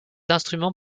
instrument